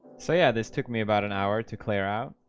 so yeah, this took me about an hour to clear out